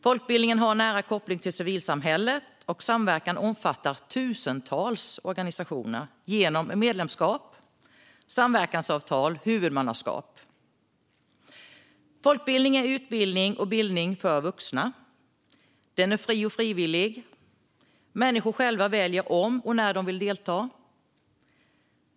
Folkbildningen har en nära koppling till civilsamhället, och samverkan omfattar tusentals organisationer genom medlemskap, samverkansavtal och huvudmannaskap. Folkbildning är utbildning och bildning för vuxna. Den är fri och frivillig. Människor väljer själva om och när de vill delta.